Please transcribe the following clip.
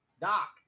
doc